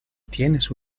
tienes